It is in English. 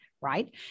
Right